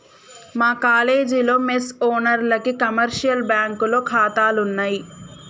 మా కాలేజీలో మెస్ ఓనర్లకి కమర్షియల్ బ్యాంకులో ఖాతాలున్నయ్